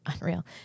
unreal